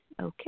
Okay